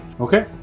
Okay